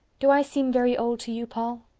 do i seem very old to you, paul?